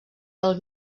del